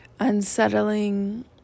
unsettling